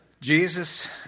Jesus